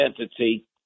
entity